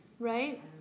Right